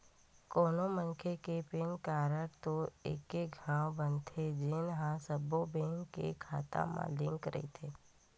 कोनो मनखे के पेन कारड तो एके घांव बनथे जेन ह सब्बो बेंक के खाता म लिंक रहिथे